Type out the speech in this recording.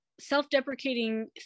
self-deprecating